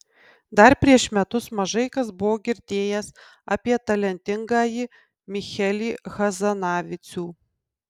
dar prieš metus mažai kas buvo girdėjęs apie talentingąjį michelį hazanavicių